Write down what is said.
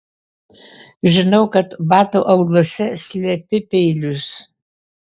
žinau kad batų auluose slepi peilius